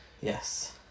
Yes